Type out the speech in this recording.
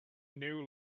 new